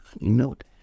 Note